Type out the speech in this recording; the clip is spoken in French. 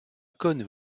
cône